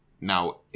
now